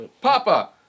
Papa